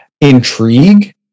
intrigue